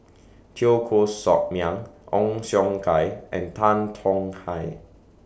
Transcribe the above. Teo Koh Sock Miang Ong Siong Kai and Tan Tong Hye